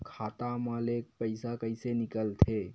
खाता मा ले पईसा कइसे निकल थे?